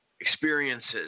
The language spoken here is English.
experiences